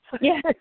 Yes